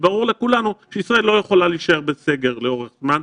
וברור לכולנו שישראל לא יכולה להישאר בסגר לאורך זמן.